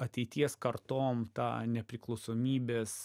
ateities kartom tą nepriklausomybės